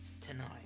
tonight